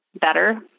better